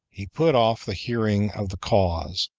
he put off the hearing of the cause,